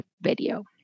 video